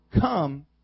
come